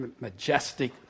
majestic